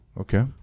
okay